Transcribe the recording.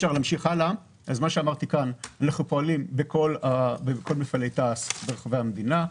אנחנו פועלים בכל מפעלי תע"ש ברחבי המדינה.